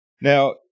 Now